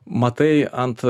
matai ant